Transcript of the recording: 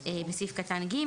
בסעיף (ג),